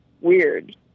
Weird